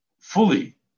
fully